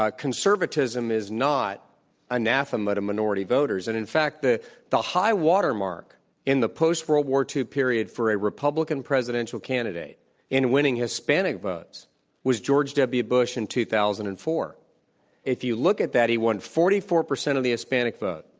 ah conservatism is not anathema to minority voters. and in fact the the high water mark in the post-world war ii period for a republican presidential candidate in winning hispanic votes was george w. bush in two thousand and four. and if you look at that, he won forty four percent of the hispanic vote.